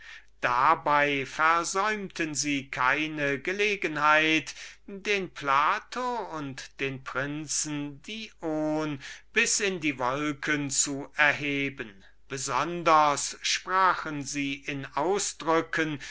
dabei versäumten sie keine gelegenheit den plato und den prinzen dion bis in die wolken zu erheben und besonders in ausdrücken